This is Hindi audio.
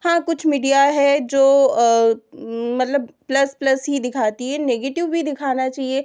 हाँ कुछ मीडिया है जो मतलब मतलब प्लस प्लस ही दिखाती है नेगेटिव भी दिखाना चाहिए